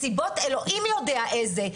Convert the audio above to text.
מסיבות - אלוהים יודע איזה.